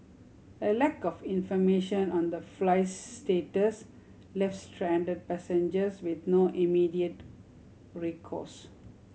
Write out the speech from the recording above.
a lack of information on the flight's status left stranded passengers with no immediate recourse